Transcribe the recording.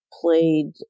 played